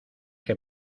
que